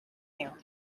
you